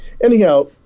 Anyhow